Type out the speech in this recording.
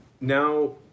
now